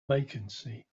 vacancy